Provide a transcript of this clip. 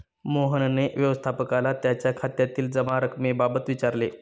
मोहनने व्यवस्थापकाला त्याच्या खात्यातील जमा रक्कमेबाबत विचारले